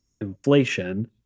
inflation